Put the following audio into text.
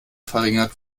verringert